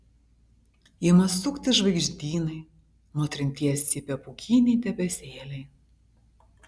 ima suktis žvaigždynai nuo trinties cypia pūkiniai debesėliai